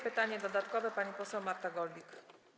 Pytanie dodatkowe, pani poseł Marta Golbik.